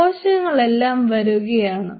കോശങ്ങളെല്ലാം വരുകയാണ്